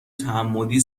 تعمدی